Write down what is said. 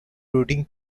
routing